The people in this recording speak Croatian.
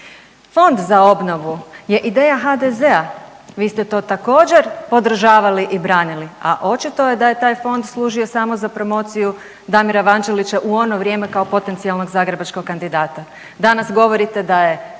Fond za obnovu je ideje HDZ-a. Vi ste to također podržavali i branili, a očito je da je taj fond služio samo za promociju Damira Vanđelića u ono vrijeme kao potencijalnog zagrebačkog kandidata. Danas govorite da je